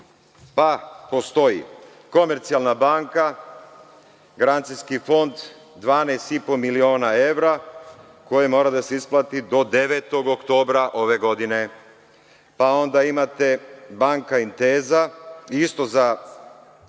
pa postoji Komercijalna banka, Garancijski fond 12,5 miliona evra, koji mora da se isplati do 9. oktobra ove godine. Pa, onda imate Banka Inteza, isto za